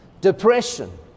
depression